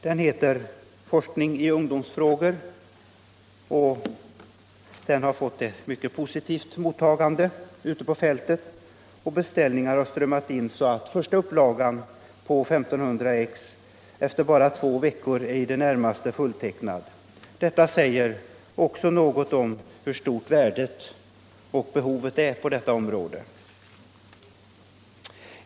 Den heter Forskning i ungdomsfrågor och har fått ett mycket positivt mottagande ute på fältet. Beställningar har strömmat in, så att första upplagan om 1 500 exemplar: efter mindre än två veckor är i det närmaste fulltecknad. Detta säger också något om hur stort behovet är på detta område.